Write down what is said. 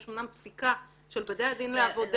יש אמנם פסיקה של בתי הדין לעבודה